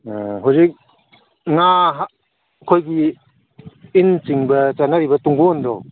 ꯑꯥ ꯍꯧꯖꯤꯛ ꯉꯥ ꯑꯩꯈꯣꯏꯒꯤ ꯏꯟ ꯆꯤꯡꯕ ꯆꯠꯅꯔꯤꯕ ꯇꯨꯡꯒꯣꯟꯗꯣ